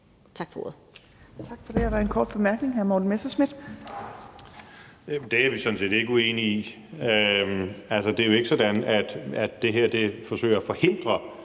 Tak for ordet.